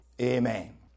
Amen